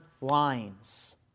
lines